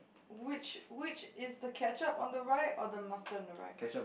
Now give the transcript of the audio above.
which which is the ketchup on the right or the mustard on the right